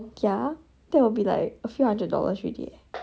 ya that will be like a few hundred dollars ready eh